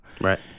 right